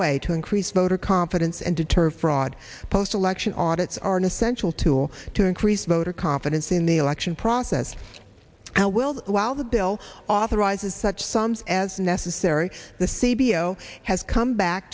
way to increase voter confidence and deter fraud post election audits are an essential tool to increase voter confidence in the election process i will allow the bill authorizes such sums as necessary the c b l has come back